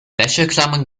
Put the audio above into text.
wäscheklammern